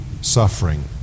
suffering